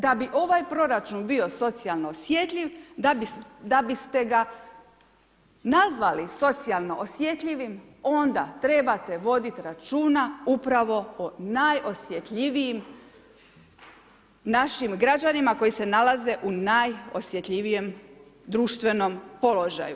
Da bi ovaj proračun bio socijalno osjetljiv, da biste ga nazvali socijalno osjetljivim onda trebate voditi računa upravo o najosjetljivijim našim građanima koji se nalaze u najosjetljivijem društvenom položaju.